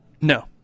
No